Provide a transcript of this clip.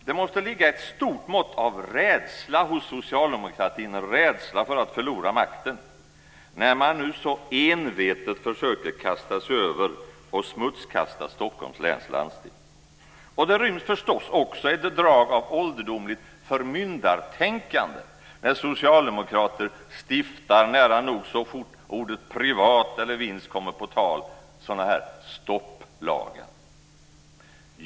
Det måste ligga ett stort mått av rädsla hos socialdemokratin, rädsla för att förlora makten när man nu så envetet försöker kasta sig över och smutskasta Stockholms läns landsting. Och det ryms förstås också ett drag av ålderdomligt förmyndartänkande när socialdemokrater stiftar, nära nog så fort ordet privat eller vinst kommer på tal, stopplagar.